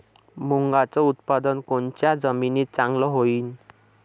मुंगाचं उत्पादन कोनच्या जमीनीत चांगलं होईन?